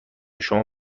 شما